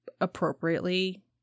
appropriately